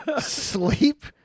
Sleep